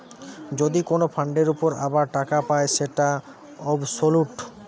যদি কোন ফান্ডের উপর আবার টাকা পায় যেটা অবসোলুট